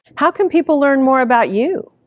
how can people learn more about you?